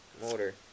motor